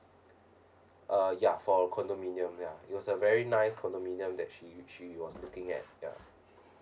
uh ya for a condominium ya it was a very nice condominium that she she was looking at ya